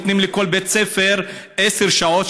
נותנים לכל בית ספר עשר שעות,